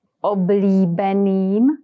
oblíbeným